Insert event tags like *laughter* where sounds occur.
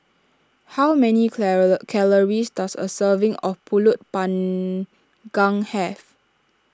how many *unintelligible* calories does a serving of Pulut Panggang have